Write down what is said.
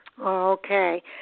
Okay